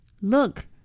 Look